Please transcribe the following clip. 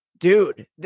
Dude